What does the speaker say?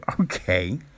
okay